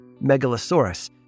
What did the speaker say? Megalosaurus